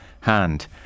hand